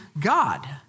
God